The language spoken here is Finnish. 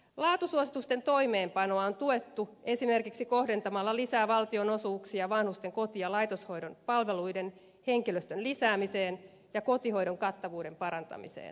laatusuositusten toimeenpanoa on tuettu esimerkiksi kohdentamalla lisää valtionosuuksia vanhusten koti ja laitoshoidon palveluiden henkilöstön lisäämiseen ja kotihoidon kattavuuden parantamiseen